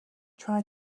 try